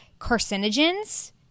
carcinogens